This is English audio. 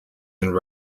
and